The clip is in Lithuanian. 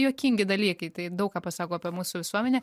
juokingi dalykai tai daug ką pasako apie mūsų visuomenę